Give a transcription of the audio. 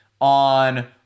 on